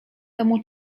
temu